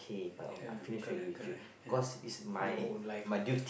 ya correct correct ya your own life